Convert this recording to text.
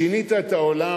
שינית את העולם,